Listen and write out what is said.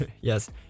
yes